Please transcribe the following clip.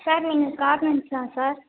sir நீங்கள் கார்மெண்ட்ஸா sir